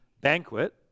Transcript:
banquet